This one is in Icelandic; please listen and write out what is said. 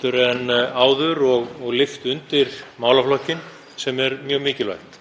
plan en áður og lyft undir málaflokkinn, sem er mjög mikilvægt.